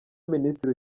minisitiri